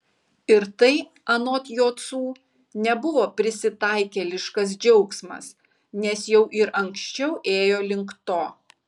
ir tai anot jocų nebuvo prisitaikėliškas džiaugsmas nes jau ir anksčiau ėjo link to